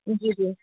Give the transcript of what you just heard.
जी जी